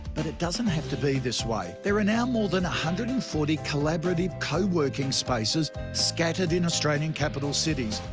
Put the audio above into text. but it doesn't have to be this way. there are now more than one hundred and forty collaborative co-working spaces scattered in australian capital cities,